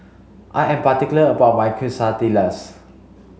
I am particular about my Quesadillas